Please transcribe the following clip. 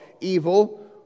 evil